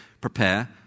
prepare